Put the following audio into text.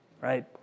Right